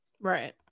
right